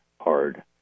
hard